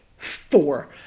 four